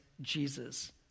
Jesus